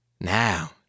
Now